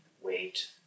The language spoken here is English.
wait